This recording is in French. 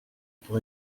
pour